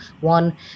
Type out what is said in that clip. one